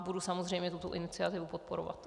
Budu samozřejmě tuto iniciativu podporovat.